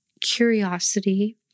curiosity